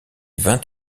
vingt